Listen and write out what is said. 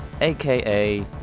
aka